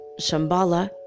Shambhala